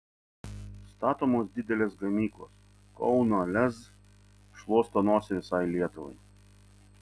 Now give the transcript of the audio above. statomos didelės gamyklos kauno lez šluosto nosį visai lietuvai